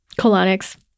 colonics